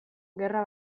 gerra